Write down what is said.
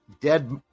dead